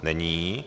Není.